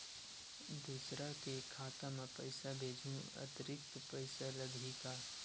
दूसरा के खाता म पईसा भेजहूँ अतिरिक्त पईसा लगही का?